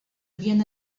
havien